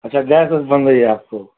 अच्छा गैस वैस बन रही आपको